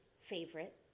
favorite